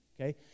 okay